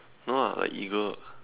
no lah like eagle